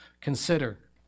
consider